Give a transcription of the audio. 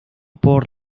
por